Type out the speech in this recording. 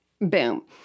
boom